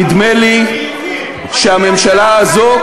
נדמה לי שהממשלה הזאת,